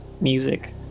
music